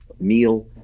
meal